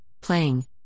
playing